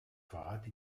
verrate